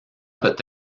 peut